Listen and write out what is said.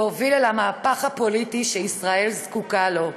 להוביל אל המהפך הפוליטי שישראל זקוקה לו.